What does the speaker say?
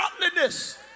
godliness